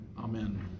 Amen